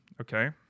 Okay